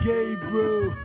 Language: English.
Gabriel